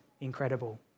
incredible